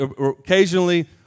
occasionally